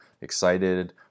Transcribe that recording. excited